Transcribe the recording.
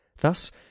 Thus